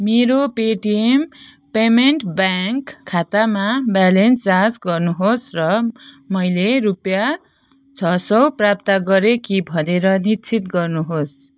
मेरो Paytm payment bank खातामा balance जाँच गर्नुहोस् र मैले रुपियाँ छ सय प्राप्त गरेँ कि भनेर निश्चित गर्नुहोस्